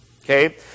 okay